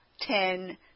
ten